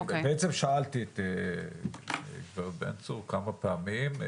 בעצם שאלתי את גב' בן צור כמה פעמים.